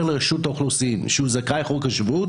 לרשות האוכלוסין שהוא זכאי חוק השבות,